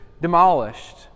demolished